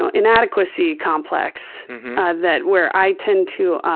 ah inadequacy complex that where i tend to